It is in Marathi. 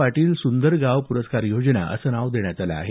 पाटील सुंदर गाव प्रस्कार योजना असं नाव देण्यात आलं आहे